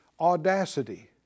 audacity